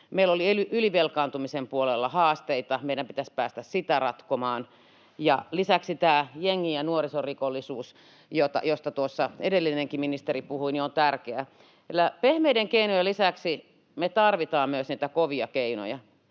Meillä oli ylivelkaantumisen puolella haasteita, meidän pitäisi päästä sitä ratkomaan. Ja lisäksi tämä jengi- ja nuorisorikollisuus, josta edellinenkin ministeri puhui, on tärkeä. Pehmeiden keinojen lisäksi me tarvitaan niitä kovia keinoja,